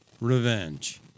Revenge